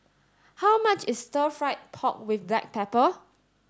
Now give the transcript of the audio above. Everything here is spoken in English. how much is stir fried pork with black pepper